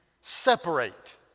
separate